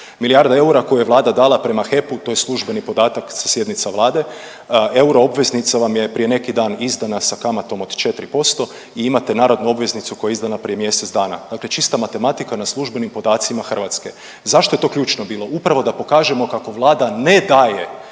Milijarda eura koju je Vlada dala prema HEP-u, to je službeni podatak sa sjednica Vlade, euroobveznica vam je prije neki dan izdana sa kamatom od 4% i imate narodnu obveznicu koja je izdana prije mjesec dana. Dakle čista matematika na službenim podacima Hrvatske. Zašto je to ključno bilo? Upravo da pokažemo kako Vlada ne daje,